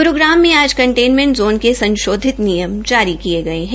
गुरूग्राम में आज containment zone के संशोधित नियम जारी किए गए हैं